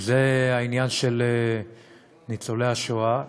וזה העניין של ניצולי השואה,